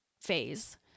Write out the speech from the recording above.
phase